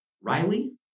Riley